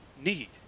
need